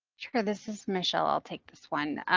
sure, this is michele. i'll take this one.